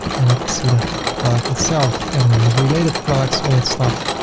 and we can see the product itself and then the related products, all that stuff.